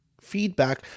feedback